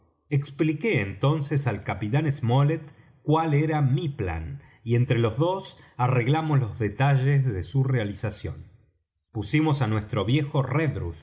expliqué entonces al capitán smollet cuál era mi plan y entre los dos arreglamos los detalles de su realización pusimos á nuestro viejo redruth